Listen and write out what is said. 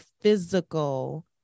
physical